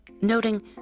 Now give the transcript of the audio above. noting